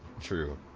true